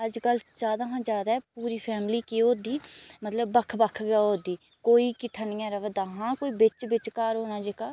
अज्जकल ज्यादा हा ज्यादा पूरी फैमली केह् हो दी मतलब बक्ख बक्ख गै होऐ दी कोई किट्ठा नेईं ऐ रवै'रदा हां कोई बिच्च बिच्च घर होना जेह्का